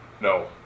No